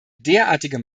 derartige